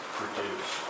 produce